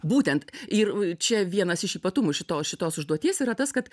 būtent ir čia vienas iš ypatumų šito šitos užduoties yra tas kad